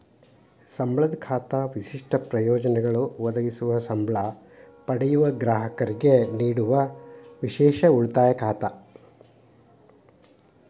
ಸಂಬಳದ ಖಾತಾ ವಿಶಿಷ್ಟ ಪ್ರಯೋಜನಗಳು ಒದಗಿಸುವ ಸಂಬ್ಳಾ ಪಡೆಯುವ ಗ್ರಾಹಕರಿಗೆ ನೇಡುವ ವಿಶೇಷ ಉಳಿತಾಯ ಖಾತಾ